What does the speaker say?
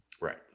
Right